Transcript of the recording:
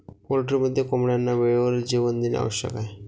पोल्ट्रीमध्ये कोंबड्यांना वेळेवर जेवण देणे आवश्यक आहे